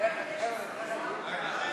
הרשימה